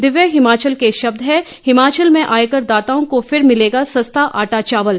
दिव्य हिमाचल के शब्द हैं हिमाचल के आयकरदाताओं को फिर मिलेगा सस्ता आटा चावल